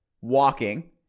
walking